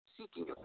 seeking